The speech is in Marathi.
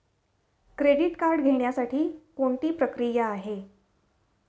क्रेडिट कार्ड घेण्यासाठी कोणती प्रक्रिया आहे?